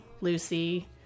Lucy